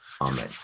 Amen